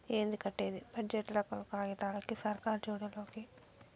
ఏంది కట్టేది బడ్జెట్ లెక్కలు కాగితాలకి, సర్కార్ జోడి లోకి